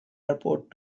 airport